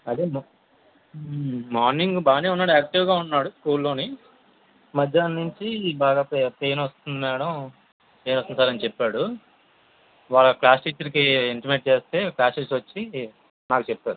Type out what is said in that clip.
అదే మార్నింగ్ బాగానే ఉన్నాడు యాక్టివ్గా ఉన్నాడు స్కూల్లో మధ్యాహ్నం నుంచి బాగా పెయిన్ వస్తుంది మేడం పెయిన్ వస్తుంది సార్ అని చెప్పాడు వాళ్ళ క్లాస్ టీచర్కి ఇంటిమేట్ చేస్తే క్లాస్ టీచర్ వచ్చి నాకు చెప్పారు